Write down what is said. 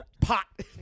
pot